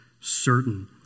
certain